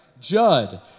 Judd